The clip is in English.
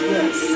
Yes